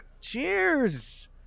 Cheers